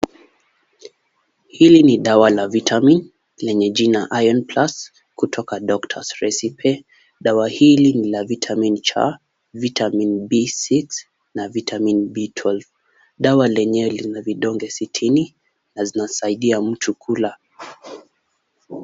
Hili ni dawa la vitamin lenye jina iron plus kutoka doctor's recipe , dawa hili ni la vitamin C vitamin B6 na vitamin B12. Dawa lenyewe lina vidonge sitini na zinasaidia mtu kula.